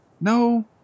No